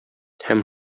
һәм